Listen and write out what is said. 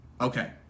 okay